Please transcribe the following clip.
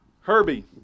Herbie